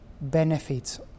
benefits